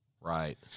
Right